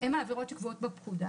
הן העבירות שקבועות בפקודה.